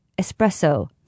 espresso